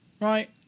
right